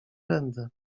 będę